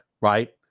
right